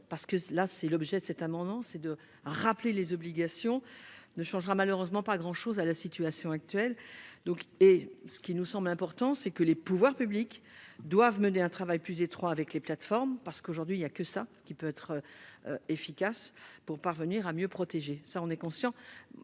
parce que cela, c'est l'objet de cet amendement, c'est de rappeler les obligations ne changera malheureusement pas grand chose à la situation actuelle, donc, et ce qui nous semble important, c'est que les pouvoirs publics doivent mener un travail plus étroit avec les plateformes parce qu'aujourd'hui il y a que ça qui peut être efficace pour parvenir à mieux protéger ça, on est conscient